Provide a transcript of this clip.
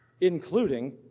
including